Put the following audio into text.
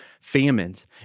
famines